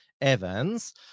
evans